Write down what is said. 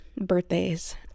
Birthdays